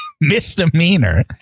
misdemeanor